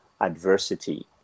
adversity